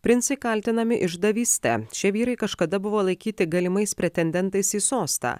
princai kaltinami išdavyste šie vyrai kažkada buvo laikyti galimais pretendentais į sostą